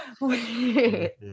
Wait